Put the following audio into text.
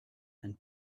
and